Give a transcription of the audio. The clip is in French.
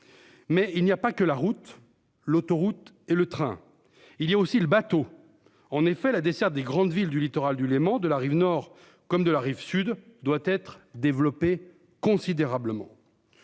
Mais il n'y a pas que la route. L'autoroute et le train il y a aussi le bateau, en effet, la desserte des grandes villes du littoral du Léman de la Rive-Nord comme de la rive sud doit être développé considérablement.